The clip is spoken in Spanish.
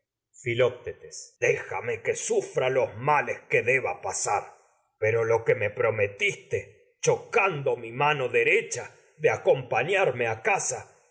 filoctetes déjame me que sufra los males que deba pasar pero lo que prometiste chocando mi mano derecha de acompañarme a casa